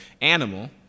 animal